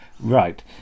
Right